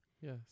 yes